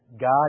God